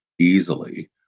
easily